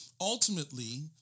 Ultimately